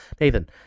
nathan